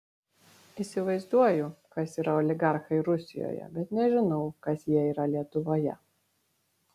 įsivaizduoju kas yra oligarchai rusijoje bet nežinau kas jie yra lietuvoje